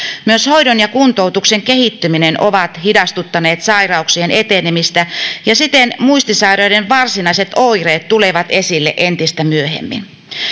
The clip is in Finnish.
myös hoidon ja kuntoutuksen kehittyminen ovat hidastuttaneet sairauksien etenemistä ja siten muistisairaiden varsinaiset oireet tulevat esille entistä myöhemmin